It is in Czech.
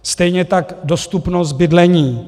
Stejně tak dostupnost bydlení.